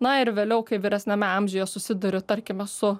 na ir vėliau kai vyresniame amžiuje susiduri tarkime su